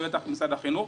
ובטח למשרד החינוך.